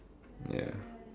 ya